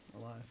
alive